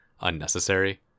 unnecessary